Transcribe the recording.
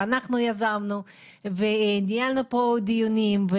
ואנחנו יזמנו וניהלנו פה דיונים.